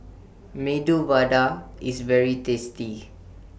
Medu Vada IS very tasty